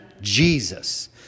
Jesus